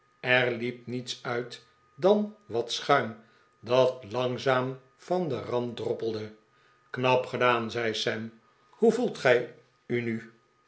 er liep niets uit dan wat schuim dat langzaam van den rand droppelde knap gedaan zei sam hoe voelt gij u nu